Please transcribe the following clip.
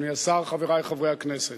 תודה רבה, אדוני השר, חברי חברי הכנסת,